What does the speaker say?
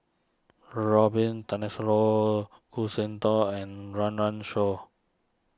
Robin Tessensohn Khoo seng toon and Run Run Shaw